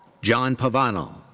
john pavanal.